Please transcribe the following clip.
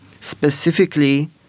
specifically